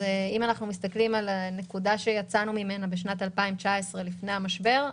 אם מסתכלים על הנקודה שיצאנו ממנה בשנת 2019 לפני המשבר,